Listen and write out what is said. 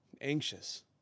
anxious